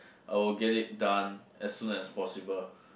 I will get it done as soon as possible